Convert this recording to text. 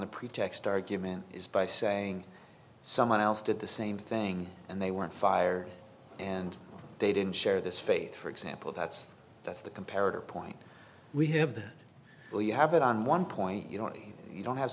the pretext argument is by saying someone else did the same thing and they weren't fired and they didn't share this faith for example that's that's the comparative point we have that well you have it on one point you know you don't have